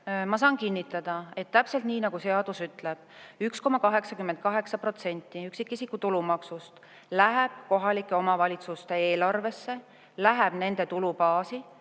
Ma saan kinnitada, et täpselt nii, nagu seadus ütleb: 1,88% üksikisiku tulumaksust läheb kohalike omavalitsuste eelarvesse, läheb nende tulubaasi